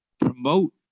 promote